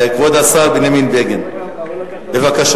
כבוד השר בנימין בגין, בבקשה.